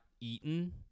eaten